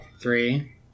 three